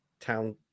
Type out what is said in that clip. town